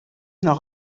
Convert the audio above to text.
noch